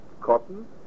cotton